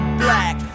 black